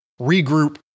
regroup